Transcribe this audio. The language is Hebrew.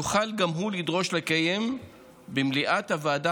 יוכל גם הוא לדרוש לקיים במליאת הוועדה